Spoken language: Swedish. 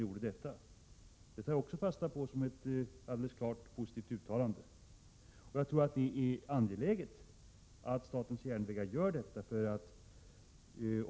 Jag tar fasta också på detta, som ett klart positivt uttalande. Jag tror att det är angeläget att SJ gör detta.